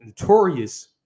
notorious